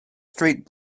street